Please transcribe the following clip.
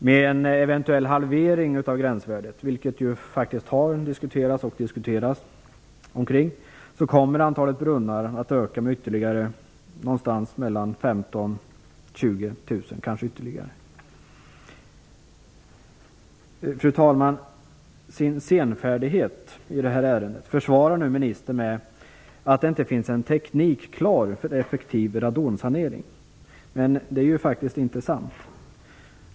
Med en eventuell halvering av gränsvärdet, vilket faktiskt har diskuterats och diskuteras, kommer antalet brunnar vars vatten överstiger gränsvärdet att öka med mellan 15 000 och 20 000, kanske ännu mer. Fru talman! Sin senfärdighet i det här ärendet försvarar ministern med att det inte finns en teknik klar för effektiv radonsanering. Det är faktiskt inte sant.